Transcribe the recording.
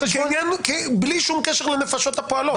בלי שום קשר לנפשות הפועלות.